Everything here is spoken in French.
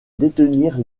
détenir